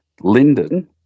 linden